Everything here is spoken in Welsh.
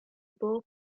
bob